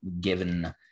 given